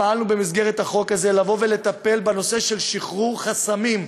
פעלנו במסגרת החוק הזה לטפל בנושא שחרור חסמים,